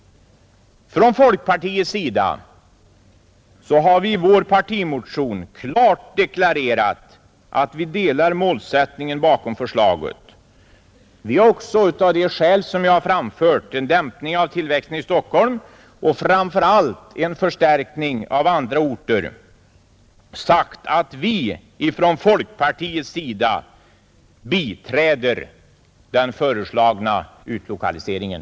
Från folkpartiets sida har vi i vår partimotion klart deklarerat att vi anser målsättningen bakom förslaget riktig. Vi har också av skäl som jag framfört — en dämpning av tillväxten i Stockholm och framför allt en förstärkning av andra orter — sagt att vi biträder den föreslagna utlokaliseringen.